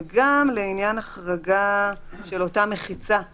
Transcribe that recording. וגם לעניין החרגה של אותה מחיצה אם